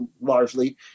largely